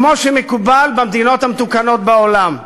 כמו שמקובל במדינות המתוקנות בעולם?